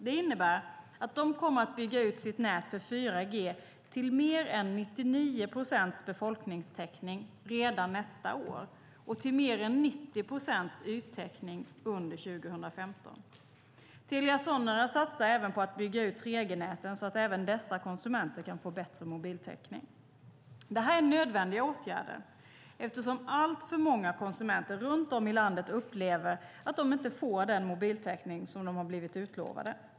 Det innebär att de kommer att bygga ut sitt nät för 4G till mer än 99 procents befolkningstäckning redan nästa år och till mer än 90 procents yttäckning under 2015. Telia Sonera satsar också på att bygga ut 3G-näten så att även dessa konsumenter kan få bättre mobiltäckning. Det här är nödvändiga åtgärder eftersom alltför många konsumenter runt om i landet upplever att de inte får den mobiltäckning som de har blivit utlovade.